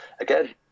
again